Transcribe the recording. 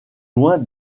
loin